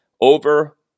over